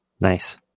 Nice